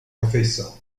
refeição